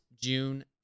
June